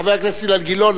חבר הכנסת אילן גילאון,